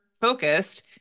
focused